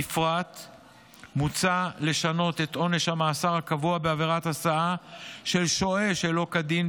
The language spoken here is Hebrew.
בפרט מוצע לשנות את עונש המאסר הקבוע בעבירת הסעה של שוהה שלא כדין,